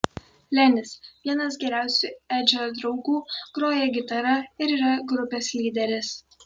lenis vienas geriausių edžio draugų groja gitara ir yra grupės lyderis